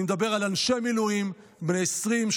אני מדבר על אנשי מילואים בני 20,